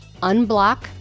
unblock